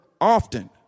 often